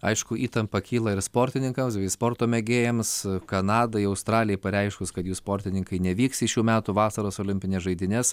aišku įtampa kyla ir sportininkams bei sporto mėgėjams kanadai australijai pareiškus kad jų sportininkai nevyks į šių metų vasaros olimpines žaidynes